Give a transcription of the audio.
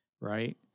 right